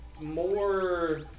more